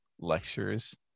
lectures